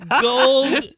gold